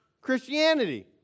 Christianity